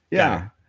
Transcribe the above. yeah.